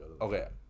okay